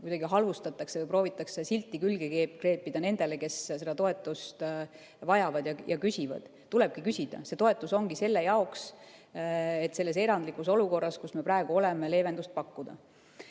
pooleldi halvustatakse või proovitakse silti külge kleepida nendele, kes seda toetust vajavad ja küsivad. Tulebki küsida. See toetus ongi selle jaoks, et selles erandlikus olukorras, kus me praegu oleme, leevendust pakkuda.